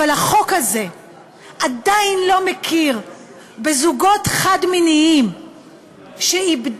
אבל החוק הזה עדיין לא מכיר בזוגות חד-מיניים שאיבדו,